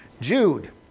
Jude